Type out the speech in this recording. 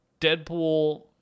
Deadpool